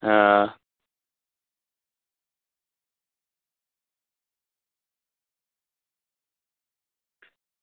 आं